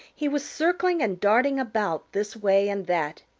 he was circling and darting about this way and that.